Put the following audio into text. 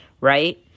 right